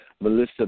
Melissa